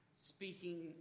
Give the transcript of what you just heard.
Speaking